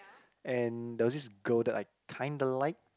and there was this girl that I kinda liked